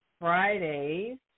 Fridays